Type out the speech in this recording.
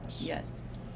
Yes